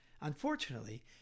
Unfortunately